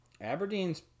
Aberdeen's